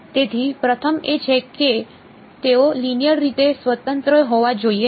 તેથી પ્રથમ એ છે કે તેઓ લિનિયર રીતે સ્વતંત્ર હોવા જોઈએ